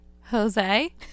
Jose